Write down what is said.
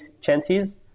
chances